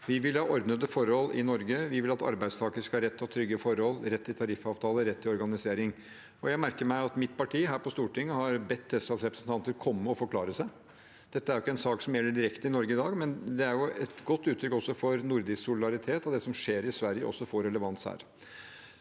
Vi vil ha ordnede forhold i Norge. Vi vil at arbeidstakere skal ha rett til trygge forhold, rett til tariffavtale, rett til organisering. Jeg merker meg at mitt parti her på Stortinget har bedt Teslas representanter komme og forklare seg. Dette er ikke en sak som direkte gjelder for Norge i dag, men det er et godt uttrykk for nordisk solidaritet at det som skjer i Sverige, også får relevans her.